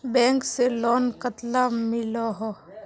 Bank से loan कतला मिलोहो?